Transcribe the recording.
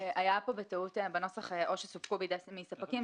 היה בטעות בנוסח "או סופקו מספקים".